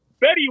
Betty